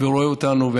ורואה אותנו,